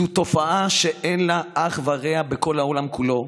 זו תופעה שאין לה אח ורע בכל העולם כולו